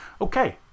Okay